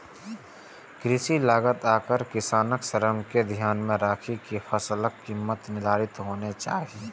कृषि लागत आ किसानक श्रम कें ध्यान मे राखि के फसलक कीमत निर्धारित होना चाही